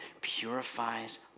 purifies